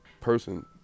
person